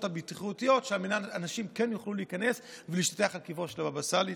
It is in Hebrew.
הבטיחותיות על מנת שאנשים יוכלו להיכנס ולהשתטח על קברו של הבאבא סאלי.